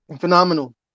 Phenomenal